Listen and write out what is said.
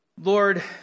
Lord